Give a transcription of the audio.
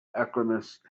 alchemist